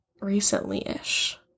recently-ish